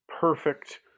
perfect